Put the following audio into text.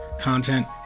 content